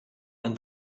and